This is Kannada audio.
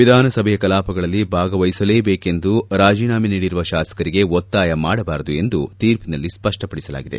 ವಿಧಾನಸಭೆಯ ಕಲಾಪಗಳಲ್ಲಿ ಭಾಗವಹಿಸಲೇಬೇಕೆಂದು ರಾಜೀನಾಮೆ ನೀಡಿರುವ ಶಾಸಕರಿಗೆ ಒತ್ತಾಯ ಮಾಡಬಾರದು ಎಂದು ತೀರ್ಷಿನಲ್ಲಿ ಸ್ಪಪ್ಪಪಡಿಸಲಾಗಿದೆ